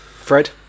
Fred